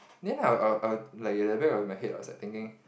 then I will I will I will like at the back of my head was like thinking